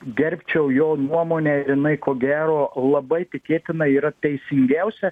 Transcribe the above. gerbčiau jo nuomonę ir jinai ko gero labai tikėtina yra teisingiausia